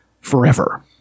forever